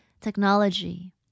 technology